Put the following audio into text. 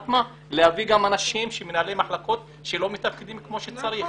גם אנשים, מנהלי מחלקות, שלא מתפקדים כמו שצריך.